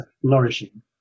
flourishing